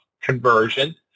conversion